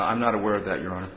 i'm not aware of that you're on